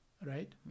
Right